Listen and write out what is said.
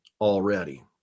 already